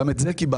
גם את זה קיבלתם.